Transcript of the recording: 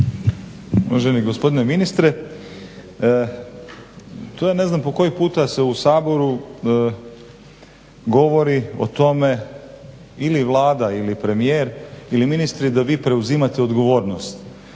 Uvaženi gospodine ministre, to je ne znam po koji puta u Saboru se govori o tome ili Vlada ili premijer ili ministri da vi preuzimate odgovornost.